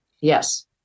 Yes